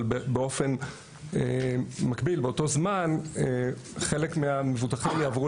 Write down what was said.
אבל באופן מקביל באותו זמן חלק מהמבוטחים יעברו